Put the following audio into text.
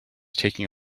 taking